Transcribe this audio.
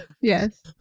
yes